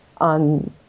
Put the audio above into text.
on